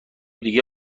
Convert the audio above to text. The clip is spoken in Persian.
دیگه